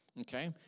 Okay